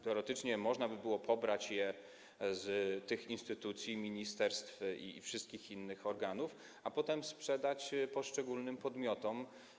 Teoretycznie można by było pobrać je z tych instytucji, ministerstw i wszystkich innych organów, a potem sprzedać poszczególnym podmiotom.